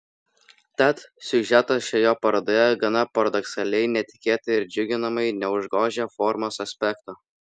tad siužetas šioje parodoje gana paradoksaliai netikėtai ir džiuginamai neužgožia formos aspekto